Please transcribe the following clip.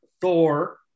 thor